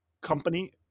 company